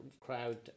crowd